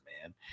man